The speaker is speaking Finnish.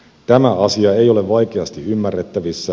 tämä asia ei ole vaikeasti ymmärrettävissä